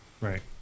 Right